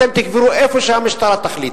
אתם תקברו איפה שהמשטרה תחליט.